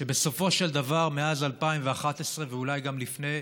שבסופו של דבר מאז 2011, ואולי גם לפני כן,